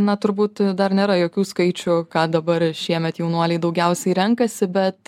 na turbūt dar nėra jokių skaičių ką dabar šiemet jaunuoliai daugiausiai renkasi bet